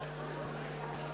נגד ההסתייגות,